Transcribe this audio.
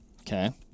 Okay